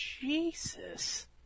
Jesus